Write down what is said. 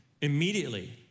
Immediately